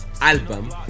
Album